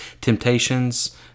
temptations